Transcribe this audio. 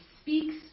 speaks